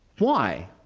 why?